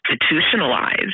institutionalized